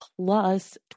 plus